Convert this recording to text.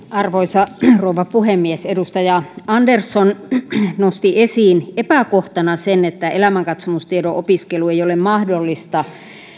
arvoisa rouva puhemies edustaja andersson nosti esiin epäkohtana sen että elämänkatsomustiedon opiskelu ei ole mahdollista